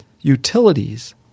utilities